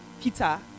Peter